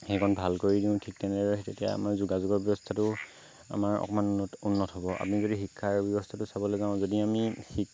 সেইকণ ভাল কৰি দিওঁ ঠিক তেনেদৰে সেই তেতিয়া আমাৰ যোগাযোগৰ ব্য়ৱস্থাটো আমাৰ অকণমান উন্নত হ'ব আমি যদি শিক্ষা ব্য়ৱস্থাটো চাবলৈ যাওঁ যদি আমি শিক